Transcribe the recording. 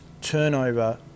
turnover